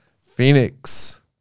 Phoenix